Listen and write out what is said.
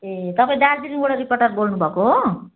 ए तपाईँ दार्जिलिङबाट रिपोर्टर बोल्नुभएको हो